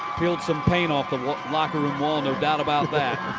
peel some paint off the locker room wall, no doubt about that.